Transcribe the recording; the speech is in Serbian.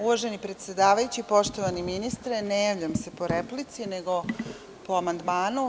Uvaženi predsedavajući, poštovani ministre, ne javljam se po replici nego po amandmanu.